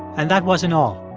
and that wasn't all.